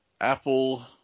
Apple